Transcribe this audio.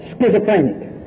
schizophrenic